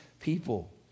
people